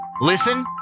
listen